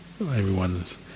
everyone's